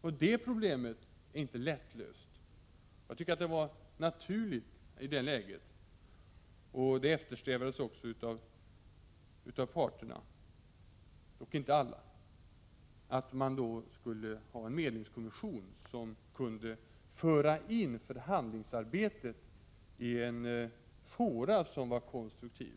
I det läget var det naturligt — vilket också flera av parterna eftersträvade — att en medlingskommission tillsattes som kunde föra in förhandlingsarbetet i en konstruktiv fåra.